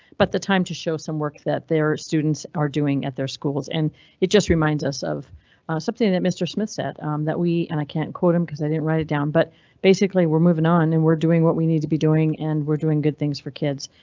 but the time to show some work that their students are doing at their schools and it just reminds us of something that mr smith said that we and i can't quote him cause i didn't write it down. but basically we're moving on and we're doing what we need to be doing and we're doing good things for kids.